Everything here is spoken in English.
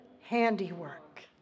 handiwork